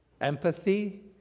empathy